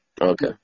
Okay